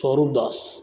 छोरुकदास